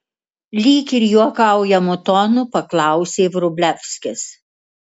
lyg ir juokaujamu tonu paklausė vrublevskis